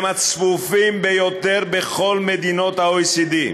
הם הצפופים ביותר בכל מדינות ה-OECD,